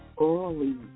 early